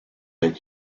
and